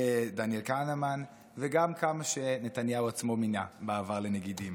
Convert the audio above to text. דניאל כהנמן וגם כמה שנתניהו עצמו מינה בעבר לנגידים